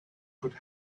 could